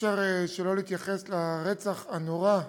אי-אפשר שלא להתייחס לרצח הנורא,